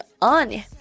on